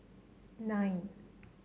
nine